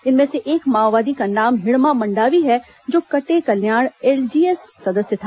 इनमें से एक माओवादी का नाम हिड़मा मंडावी है जो कटेकल्याण एलजीएस सदस्य था